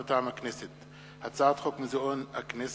מטעם הכנסת: הצעת חוק מוזיאון הכנסת,